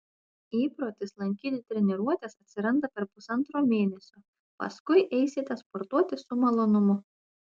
įprotis lankyti treniruotes atsiranda per pusantro mėnesio paskui eisite sportuoti su malonumu